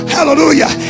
Hallelujah